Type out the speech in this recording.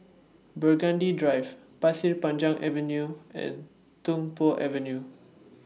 Burgundy Drive Pasir Panjang Avenue and Tung Po Avenue